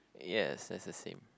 yes that's the same